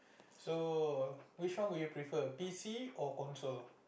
so which one would you prefer P_C or console